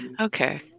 Okay